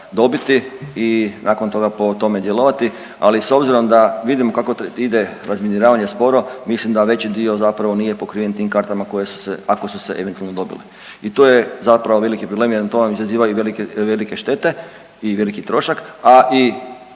dobiti i nakon toga po tome djelovati. Ali s obzirom da vidim kako ide razminiravanje sporo mislim da veći dio zapravo nije pokriven tim kartama koje su se, ako su se eventualno dobile. I tu je zapravo veliki problem jer to vam izaziva i velike štete i veliki trošak, a i